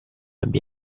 abbia